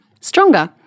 stronger